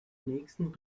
nächsten